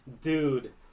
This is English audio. Dude